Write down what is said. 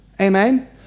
Amen